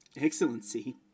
excellency